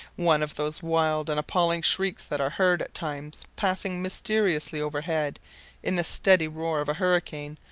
one of those wild and appalling shrieks that are heard at times passing mysteriously overhead in the steady roar of a hurricane,